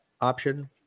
option